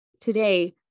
today